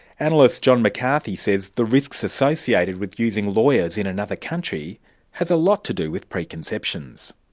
analyst john mccarthy says the risks associated with using lawyers in another country has a lot to do with preconceptions.